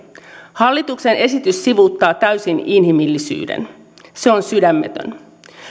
hallituksen esitys sivuuttaa täysin inhimillisyyden se on sydämetön